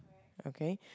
okay